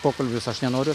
pokalbis aš nenoriu